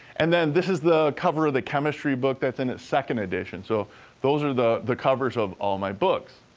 and then, this is the cover of the chemistry book that's in its second edition. so those are the the covers of all my books.